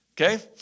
Okay